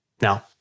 Now